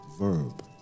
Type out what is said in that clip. Verb